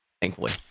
thankfully